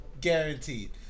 guaranteed